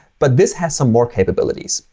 but this has some more capabilities.